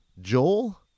Joel